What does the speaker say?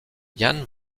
jan